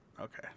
Okay